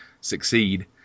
succeed